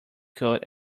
cold